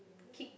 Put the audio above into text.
kick